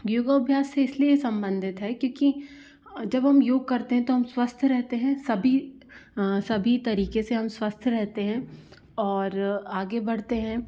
योगाभ्यास से इसलिए संबंधित है क्योंकि जब हम योग करते हैं तो हम स्वस्थ रहते हैं सभी सभी तरीके से हम स्वस्थ रहते हैं और आगे बढ़ते हैं